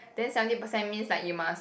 then seventy percent means like you must